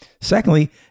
Secondly